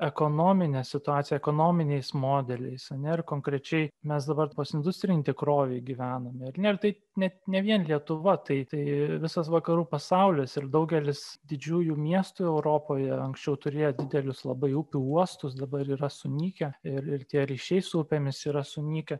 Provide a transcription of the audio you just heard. ekonomine situacija ekonominiais modeliais ar ne ir konkrečiai mes dabar postindustrinėj tikrovėj gyvenam ir ne tai net ne vien lietuva tai visas vakarų pasaulis ir daugelis didžiųjų miestų europoje anksčiau turėję didelius labai upių uostus dabar yra sunykę ir ir tie ryšiai su upėmis yra sunykę